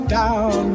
down